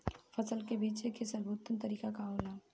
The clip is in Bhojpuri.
फसल के बेचे के सर्वोत्तम तरीका का होला?